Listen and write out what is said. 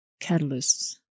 catalysts